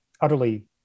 utterly